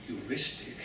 heuristic